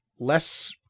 less